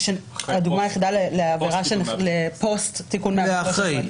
הדוגמה היחידה לפוסט תיקון 113. לאחרי.